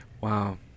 Wow